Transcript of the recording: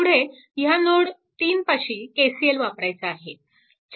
पुढे ह्या नोड 3 पाशी KCL वापरायचा आहे